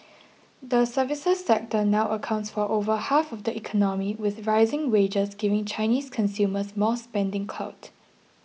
the services sector now accounts for over half of the economy with rising wages giving Chinese consumers more spending clout